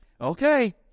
Okay